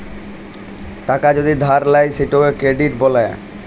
টাকা যদি ধার লেয় সেটকে কেরডিট ব্যলে